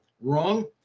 Wrong